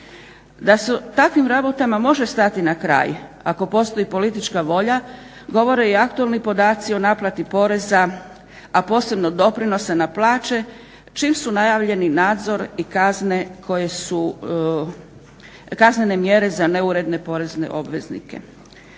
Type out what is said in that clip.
Da se takvim rabotama može stati na kraj, ako postoji politička volja govore i aktualni podaci o naplati poreza, a posebno doprinosa na plaće čim su najavljeni nadzor i kazne koje su, kaznene mjere za neuredne porezne obveznike.